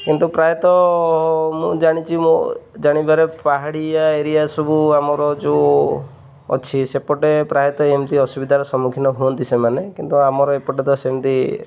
କିନ୍ତୁ ପ୍ରାୟତଃ ମୁଁ ଜାଣିଚି ମୋ ଜାଣିବାରେ ପାହାଡ଼ିଆ ଏରିଆ ସବୁ ଆମର ଯୋଉ ଅଛି ସେପଟେ ପ୍ରାୟତଃ ଏମିତି ଅସୁବିଧାର ସମ୍ମୁଖୀନ ହୁଅନ୍ତି ସେମାନେ କିନ୍ତୁ ଆମର ଏପଟେ ତ ସେମିତି